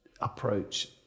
approach